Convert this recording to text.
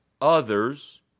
others